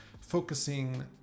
focusing